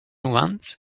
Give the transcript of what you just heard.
once